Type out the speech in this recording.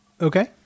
Okay